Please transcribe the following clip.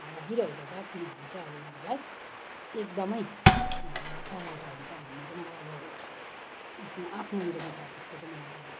भोगिरहेको छ तिनीहरू चाहिँ अब उनीहरूलाई एकदमै सहायता हुन्छ भन्ने चाहिँ मलाई अब आफ्नो आफ्नो विचार त्यस्तो चाहिँ मलाई लाग्यो